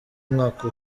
mwaka